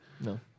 No